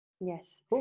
Yes